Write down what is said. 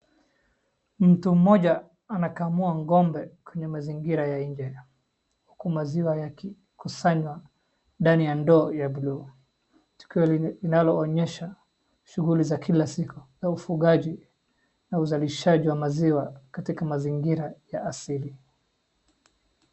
Mtu mmoja anakamua ng'ombe kwenye mazingira ya nje uku maziwa yakikusanywa ndani ya ndoo ya buluu, tukio linaloonyesha shughuli za kila siku na ufugaji na uzalishaji wa maziwa katika mazingira ya asili.